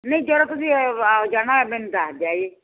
ਨਹੀਂ ਜਦੋਂ ਤੁਸੀਂ ਜਾਣਾ ਮੈਨੂੰ ਦੱਸ ਦਿਆ ਜੀ